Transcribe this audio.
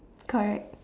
correct